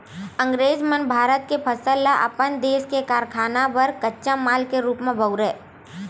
अंगरेज मन भारत के फसल ल अपन देस के कारखाना बर कच्चा माल के रूप म बउरय